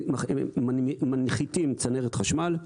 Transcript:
אנחנו מנחיתים צנרת חשמל,